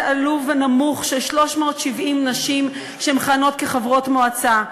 עלוב ונמוך של 370 נשים שמכהנות כחברות מועצה.